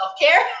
self-care